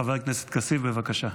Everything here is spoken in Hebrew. חבר הכנסת כסיף, בבקשה.